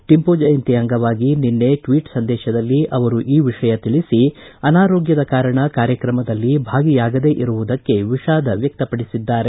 ಟಿಪ್ಪುಜಯಂತಿ ಅಂಗವಾಗಿ ನಿನ್ನೆ ಟ್ವೀಟ್ ಸಂದೇಶದಲ್ಲಿ ಅವರು ಈ ವಿಷಯ ತಿಳಿಸಿ ಅನಾರೋಗ್ಲದ ಕಾರಣ ಕಾರ್ಯಕ್ರದಲ್ಲಿ ಭಾಗಿಯಾಗದಿರುವುದಕ್ಕೆ ವ್ಯಕ್ತಪಡಿಸಿದ್ದಾರೆ